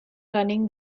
running